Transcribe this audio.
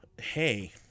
hey